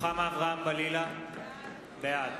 (קורא בשמות חברי הכנסת) רוחמה אברהם-בלילא, בעד